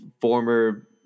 former